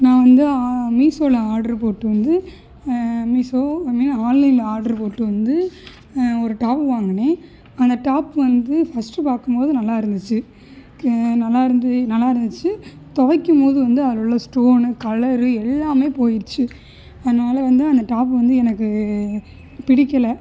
நான் வந்து மீசோவில் ஆர்ட்ரு போட்டு வந்து மீசோ ஐ மீன் ஆன்லைனில் ஆர்ட்ரு போட்டு வந்து ஒரு டாப் வாங்கினேன் அந்த டாப் வந்து ஃபஸ்ட்டு பார்க்கும் போது நல்லாயிருந்துச்சி நல்லாயிருந்து நல்லாயிருந்துச்சி துவைக்கும் போது வந்து அதில் உள்ள ஸ்டோனு கலரு எல்லாம் போயிடுச்சி அதனால வந்து அந்த டாப் வந்து எனக்கு பிடிக்கல